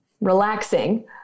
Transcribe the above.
relaxing